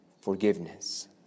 forgiveness